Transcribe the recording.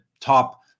top